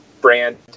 brand